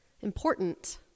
Important